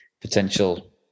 potential